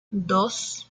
dos